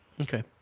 Okay